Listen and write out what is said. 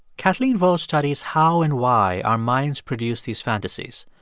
kathleen vohs studies how and why our minds produce these fantasies.